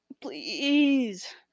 please